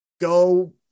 go